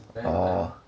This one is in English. orh